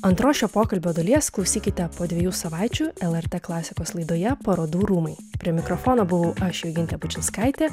antros šio pokalbio dalies klausykite po dviejų savaičių lrt klasikos laidoje parodų rūmai prie mikrofono buvau aš jogintė bučinskaitė